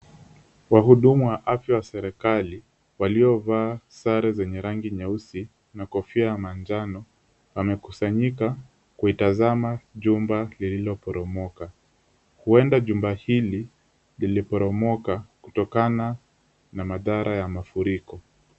Wahudumu wa afya wa serikali waliovaa sare zenye rangi nyeusi na kofia ya manjano wamekusanyika kuitazama jumba lililoporomoka ,huenda jumba hili liliporomoka kutokana na madhara ya mafuriko.